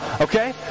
Okay